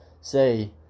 say